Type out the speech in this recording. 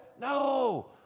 No